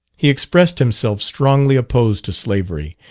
he expressed himself strongly opposed to slavery,